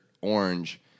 orange